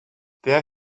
there